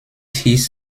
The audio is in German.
hieß